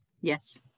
Yes